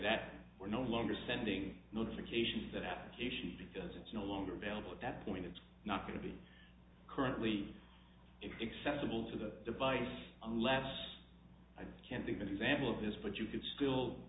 that we're no longer sending notifications that application because it's no longer available at that point it's not going to be currently exceptional to the device unless i can think that example of this but you could still